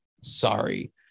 Sorry